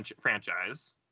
franchise